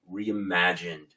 reimagined